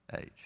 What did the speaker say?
age